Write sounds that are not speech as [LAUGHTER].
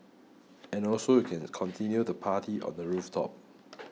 and also you [NOISE] can continue the party on the rooftop [NOISE]